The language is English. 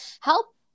help